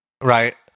Right